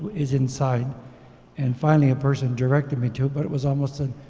is inside and finally a person directed me to it, but it was almost a,